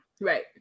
Right